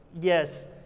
Yes